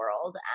world